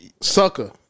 Sucker